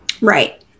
Right